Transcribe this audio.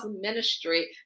ministry